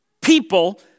People